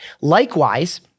Likewise